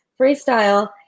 Freestyle